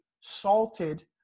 salted